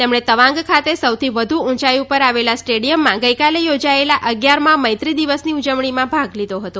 તેમણે તવાંગ ખાતે સૌથી વધુ ઉંચાઇ પર આવેલા સ્ટેડીયમમાં ગઇકાલે યોજાયેલા અગીયારમાં મૈત્રી દિવસની ઉજવણીમાં ભાગ લીધો હતો